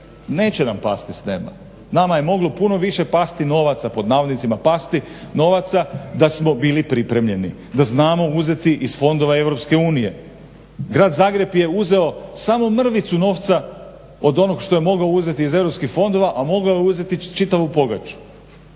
Neće nam pasti s neba. Nama je moglo puno više pasti novaca, pod navodnicima pasti novaca da smo bili pripremljeni, da znamo uzeti iz fondova EU. Grad Zagreb je uzeo samo mrvicu novca od onog što je mogao uzeti iz EU fondova, a mogao je uzeti čitavu pogaču.